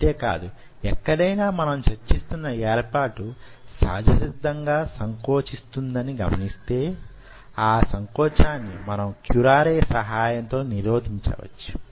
అంతే కాదు ఎక్కడైనా మనం చర్చిస్తున్న యేర్పాటు సహజసిద్ధంగా సంకోచిస్తున్నదని గమనిస్తే ఆ సంకోచాన్ని మనం క్యురారె సహాయంతో నిరోధించవచ్చు